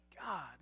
God